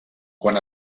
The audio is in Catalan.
quan